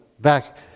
back